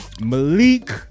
Malik